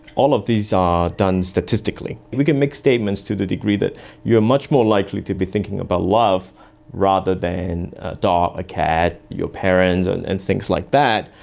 all of these are done statistically. we can make statements to the degree that you are much more likely to be thinking about love rather than a dog, a cat, your parents and things like that.